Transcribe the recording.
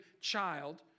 child